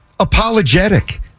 apologetic